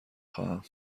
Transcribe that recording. خواهم